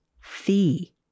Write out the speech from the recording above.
fee